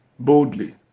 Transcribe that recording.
boldly